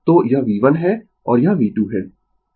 तो यह V1 है और यह V2 है